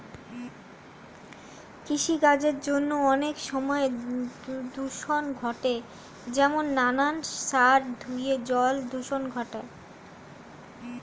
কৃষিকার্যের জন্য অনেক সময় দূষণ ঘটে যেমন নানান সার ধুয়ে জল দূষণ ঘটায়